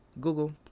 Google